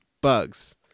bugs